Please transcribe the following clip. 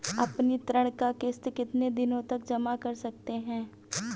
अपनी ऋण का किश्त कितनी दिनों तक जमा कर सकते हैं?